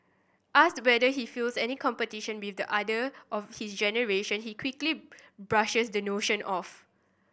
asked whether he feels any competition with the other of his generation he quickly brushes the notion off